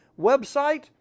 website